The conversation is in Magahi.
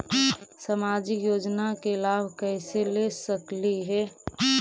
सामाजिक योजना के लाभ कैसे ले सकली हे?